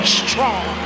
strong